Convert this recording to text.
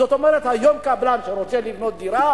זאת אומרת, היום קבלן שרוצה לבנות דירה